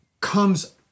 comes